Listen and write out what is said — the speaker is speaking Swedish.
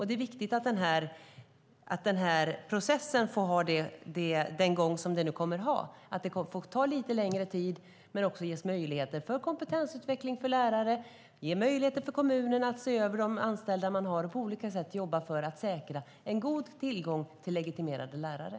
Det är viktigt att den här processen får ta lite längre tid, att det ges möjlighet till kompetensutveckling för lärare och att kommunerna får möjlighet att se över vilka anställda man har och jobba för att säkra en god tillgång till legitimerade lärare.